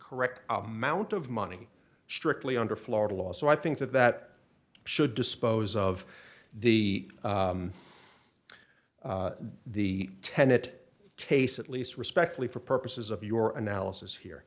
correct amount of money strictly under florida law so i think that that should dispose of the the tenet case at least respectfully for purposes of your analysis